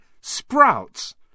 Sprouts